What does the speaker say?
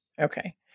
Okay